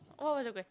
what was the que~